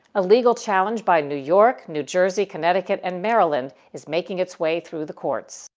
a legal challenge by new york, new jersey, connecticut, and maryland is making it's way through the courts.